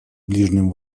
ближнем